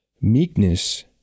Meekness